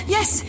Yes